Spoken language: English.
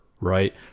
right